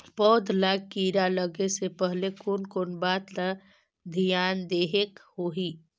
पौध ला कीरा लगे से पहले कोन कोन बात ला धियान देहेक होही?